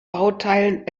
bauteilen